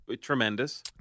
Tremendous